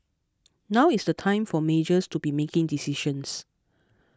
now is the time for majors to be making decisions